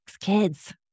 kids